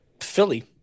Philly